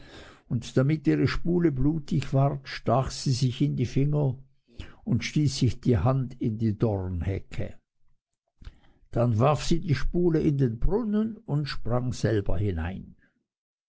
und damit ihre spule blutig ward stach sie sich in die finger und stieß sich die hand in die dornhecke dann warf sie die spule in den brunnen und sprang selber hinein